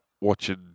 watching